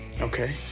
okay